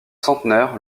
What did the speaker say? centenaire